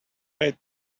wait